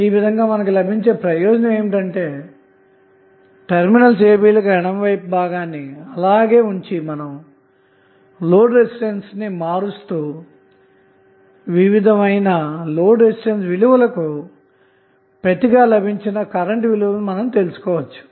ఈ విధంగా మనకు లభించేప్రయోజనంఏమిటంటేటెర్మినల్ a b ల కు ఎడమవైపును భాగాన్ని అలాగే ఉంచి లోడ్ రెసిస్టెన్స్ ను మారుస్తూ వివిధ లోడ్ రెసిస్టెన్స్ విలువలకు ప్రతిగా లభించిన కరెంట్ విలువలను తెలుసుకోవచ్చు